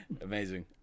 amazing